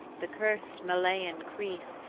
the cursed malayan crease,